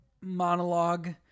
monologue